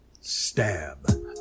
Stab